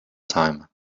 time